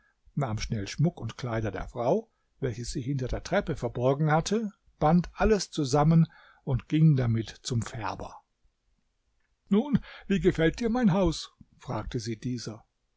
nahm schnell schmuck und kleider der frau weiche sie hinter der treppe verborgen hatte band alles zusammen und ging damit zum färber nun wie gefällt dir mein haus frage sie dieser